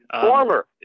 Former